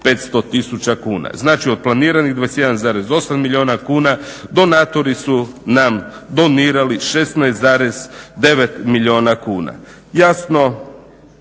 500 tisuća kuna. Znači od planiranih 21,8 milijuna kuna donatori su nam donirali 16,9 milijuna kuna. Jasno